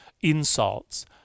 insults